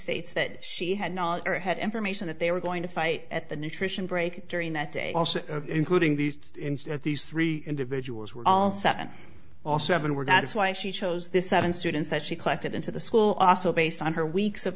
states that she had knowledge or had information that they were going to fight at the nutrition break during that day also including these these three individuals were all seven or seven were that's why she chose this seven students that she collected into the school also based on her weeks of